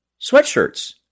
sweatshirts